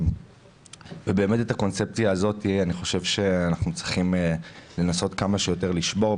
את הקונספציה הזאת אנחנו צריכים לנסות כמה שיותר לשבור.